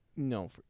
No